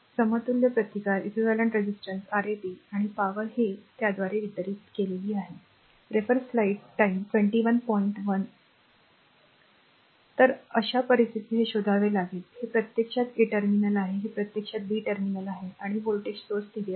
तर समतुल्य प्रतिकार Rab आणि por हे त्यादवारे वितरित केलेले आहे तर अशा परिस्थितीत ते शोधावे लागेल हे प्रत्यक्षात a टर्मिनल आहे हे प्रत्यक्षात b टर्मिनल आहे आणि व्होल्टेज स्त्रोत दिले आहे